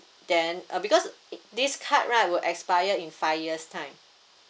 then uh because this card right will expire in five years time